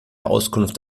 auskunft